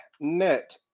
net